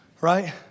right